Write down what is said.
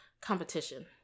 competition